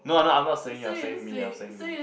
no I'm not I'm not saying you I'm saying me I'm saying me